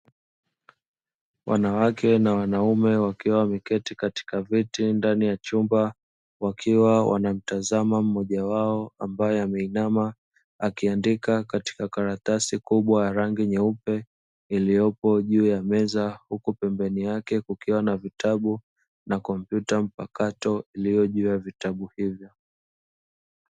Wanawake na wanaume wakiwa wameketi katika viti ndani ya chumba, wakiwa wanamtazama mmoja wao ambaye ameinama akiandika katika karatasi kubwa ya rangi nyeupe iliyopo juu ya meza huko pembeni yake kukiwa na vitabu na kompyuta mpakato iliyojua vitabu hivyo.